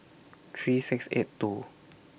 three six eight two